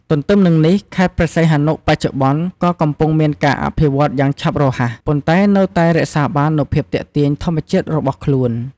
ទទ្ទឹមនឹងនេះ ខេត្តព្រះសីហនុបច្ចុប្បន្នក៏កំពុងមានការអភិវឌ្ឍន៍យ៉ាងឆាប់រហ័ស ប៉ុន្តែនៅតែរក្សាបាននូវភាពទាក់ទាញធម្មជាតិរបស់ខ្លួន។